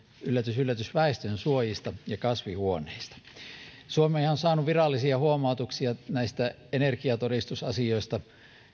yllätys yllätys väestönsuojista ja kasvihuoneista suomihan on saanut virallisia huomautuksia näistä energiatodistusasioista